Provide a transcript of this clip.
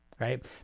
Right